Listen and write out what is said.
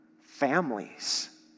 families